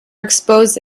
exposed